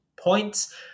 points